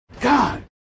God